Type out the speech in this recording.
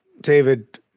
David